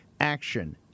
Action